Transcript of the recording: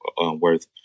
worth